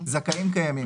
"זכאים קיימים"